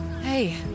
Hey